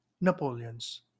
Napoleon's